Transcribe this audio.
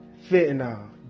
fentanyl